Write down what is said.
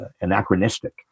anachronistic